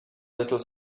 little